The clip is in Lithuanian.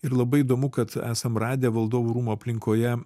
ir labai įdomu kad esam radę valdovų rūmų aplinkoje